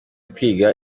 kwiga